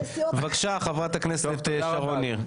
בבקשה חברת הכנסת שרון ניר.